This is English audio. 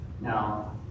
Now